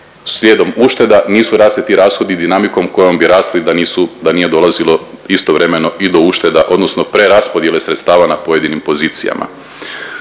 slijedom ušteda nisu rasli ti rashodi dinamikom kojom bi rasli da nisu da nije dolazilo istovremeno i do ušteda odnosno preraspodjele sredstava na pojedinim pozicijama.